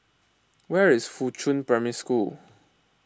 where is Fuchun Primary School